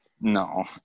No